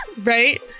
Right